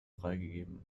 freigegeben